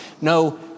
No